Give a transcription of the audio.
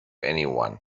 anyone